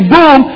Boom